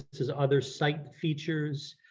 this is other site features.